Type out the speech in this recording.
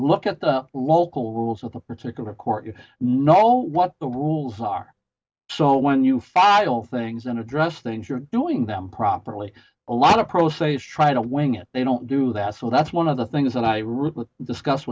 look at the local rules of a particular court you know what the rules are so when you file things and address things you're doing them properly a lot of pro se is try to wing it they don't do that so that's one of the things that i really discuss